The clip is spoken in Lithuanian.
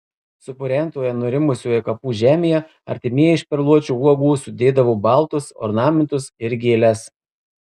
supurentoje nurimusioje kapų žemėje artimieji iš perluočio uogų sudėdavo baltus ornamentus ir gėles